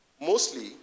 mostly